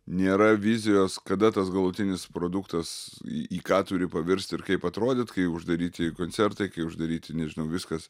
nėra vizijos kada tas galutinis produktas į į ką turi pavirst ir kaip atrodyt kai uždaryti koncertai kai uždaryti nežinau viskas